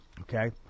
Okay